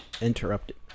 interrupted